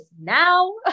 now